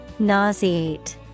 nauseate